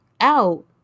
out